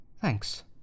Thanks